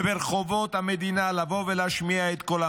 ורחובות המדינה לבוא ולהשמיע בהם את קולם.